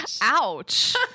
Ouch